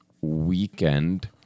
weekend